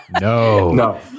No